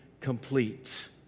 complete